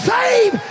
Save